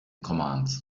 commands